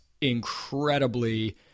incredibly